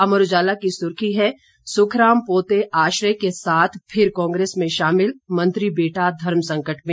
अमर उजाला की सुर्खी है सुखराम पोते आश्रय के साथ फिर कांग्रेस में शामिल मंत्री बेटा धर्मसंकट में